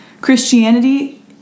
Christianity